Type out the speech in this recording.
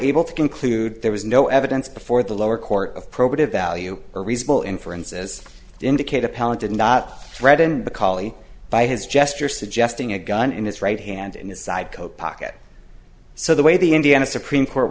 able to conclude there was no evidence before the lower court of probative value or reasonable inferences indicate appellant did not threaten the collie by his gesture suggesting a gun in his right hand in his side coat pocket so the way the indiana supreme court